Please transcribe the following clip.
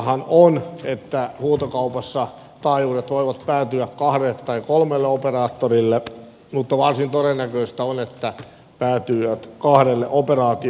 mahdollistahan on että huutokaupassa taajuudet voivat päätyä kahdelle tai kolmelle operaattorille mutta varsin todennäköistä on että ne päätyvät kahdelle operaattorille